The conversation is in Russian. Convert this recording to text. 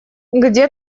где